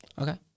Okay